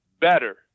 better